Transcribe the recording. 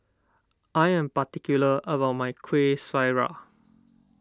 I am particular about my Kueh Syara